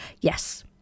Yes